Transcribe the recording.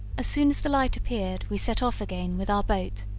soon as the light appeared we set off again with our boat,